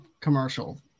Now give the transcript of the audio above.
commercial